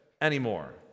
anymore